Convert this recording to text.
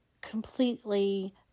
completely